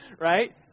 right